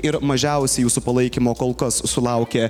ir mažiausiai jūsų palaikymo kol kas sulaukė